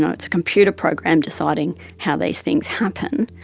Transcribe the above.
it's a computer program deciding how these things happen.